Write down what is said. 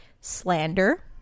slander